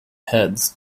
heads